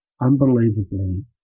unbelievably